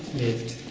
lived.